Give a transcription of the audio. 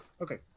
Okay